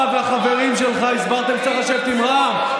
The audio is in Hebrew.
אתה והחברים שלך הסברתם שצריך לשבת עם רע"מ.